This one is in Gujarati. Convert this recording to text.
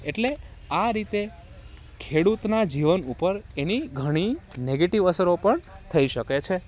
એટલે આ રીતે ખેડૂતના જીવન ઉપર એની ઘણી નેગેટિવ અસરો પણ થઈ શકે છે